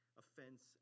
offense